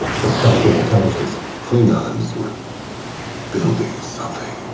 from starfleet intelligence. the klingons were building something.